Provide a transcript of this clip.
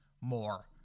more